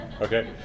Okay